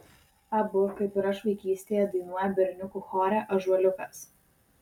abu kaip ir aš vaikystėje dainuoja berniukų chore ąžuoliukas